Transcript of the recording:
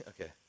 Okay